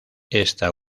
esta